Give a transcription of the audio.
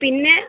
പിന്നെ